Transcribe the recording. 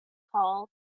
call